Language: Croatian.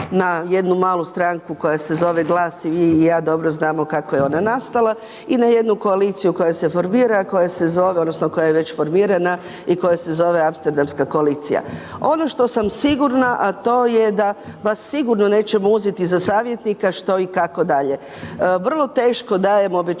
na jednu malu stranku koja se zove GLAS i vi i ja dobro znamo kako je ona nastala i na jednu koaliciju koj ase formira koja se zove, odnosno, koja je već formirana, i koja se zove Amsterdamska koalicija. Ono što sam sigurna, a to je da vas sigurno nećemo uzeti za savjetnika, što i kako dalje. Vrlo teško dajem obećanja,